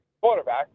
quarterback